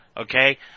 Okay